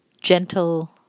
gentle